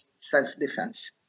self-defense